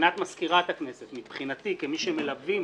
מבחינת מזכירת הכנסת, מבחינתי, כמי שמלווים